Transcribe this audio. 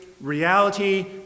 reality